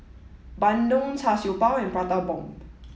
Bandung char siew bao and Prata Bomb